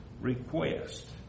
request